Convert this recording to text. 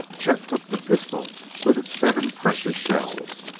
chet took the pistol with its seven precious shells.